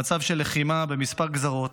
במצב של לחימה בכמה גזרות,